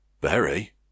Berry